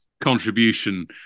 contribution